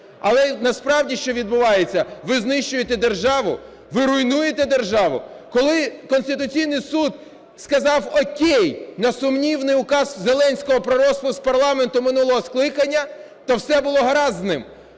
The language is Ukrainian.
Але насправді, що відбувається: ви знищуєте державу, ви руйнуєте державу. Коли Конституційний Суд сказав "о'кей" на сумнівний Указ Зеленського про розпуск парламенту минулого скликання, то все було гаразд з ним.